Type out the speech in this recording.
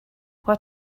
what